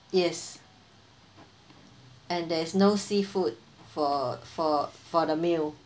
yes and there is no seafood for for for the meal